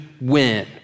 win